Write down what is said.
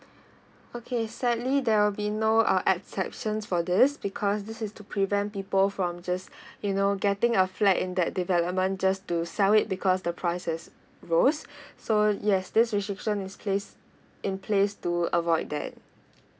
okay sadly there will be no uh exceptions for this because this is to prevent people from just you know getting a flat in that development just to sell it because the price has rose so yes this restriction is placed in placed to avoid that